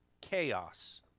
chaos